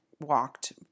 walked